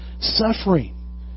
suffering